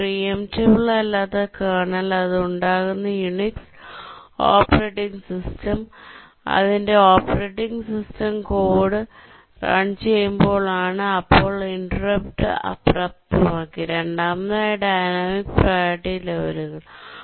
ഒന്ന് preemptible അല്ലാത്ത kernel അത് ഉണ്ടാകുന്നത് യൂനിസ് ഓപ്പറേറ്റിംഗ് സിസ്റ്റം അതിന്റെ ഓപ്പറേറ്റിംഗ് സിസ്റ്റം കോഡ് റൺ ചെയുമ്പോൾ ആണ് അപ്പോൾ ഇന്റെര്പ്ട് അപ്രാപ്തമാക്കി രണ്ടാമതായി ഡൈനാമിക് പ്രിയോറിറ്റി ലെവലുകൾ